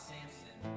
Samson